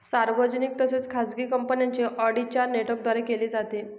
सार्वजनिक तसेच खाजगी कंपन्यांचे ऑडिट चार नेटवर्कद्वारे केले जाते